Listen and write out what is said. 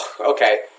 okay